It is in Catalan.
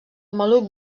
maluc